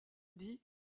dit